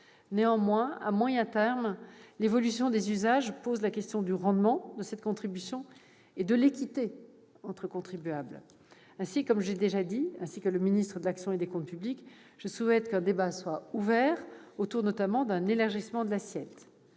Néanmoins, à moyen terme, l'évolution des usages pose la question du rendement de cette contribution et de l'équité entre contribuables. Ainsi, comme le ministre de l'action et des comptes publics et moi-même l'avons déjà dit, je souhaite qu'un débat soit ouvert autour, notamment, d'un élargissement de l'assiette.